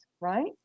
right